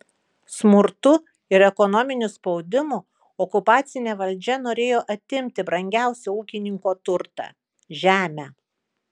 smurtu ir ekonominiu spaudimu okupacinė valdžia norėjo atimti brangiausią ūkininko turtą žemę